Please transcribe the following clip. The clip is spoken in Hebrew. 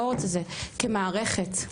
כמערכת,